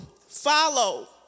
follow